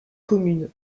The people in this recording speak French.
commune